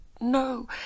no